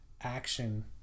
action